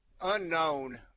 unknown